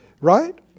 Right